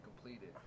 completed